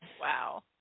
Wow